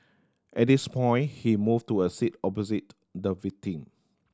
at this point he moved to a seat opposite the victim